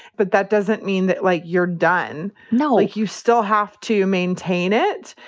but that doesn't mean that, like, you're done. no, like you still have to maintain it.